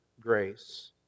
grace